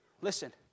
Listen